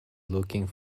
looking